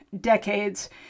decades